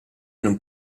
non